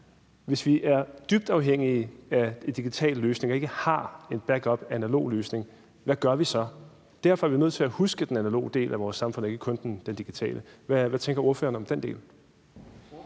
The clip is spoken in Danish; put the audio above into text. Hvis vi er dybt afhængige af de digitale løsninger og ikke har en analog løsning som backup, hvad gør vi så? Derfor er vi nødt til at huske den analoge del af vores samfund og ikke kun den digitale. Hvad tænker ordføreren om den del?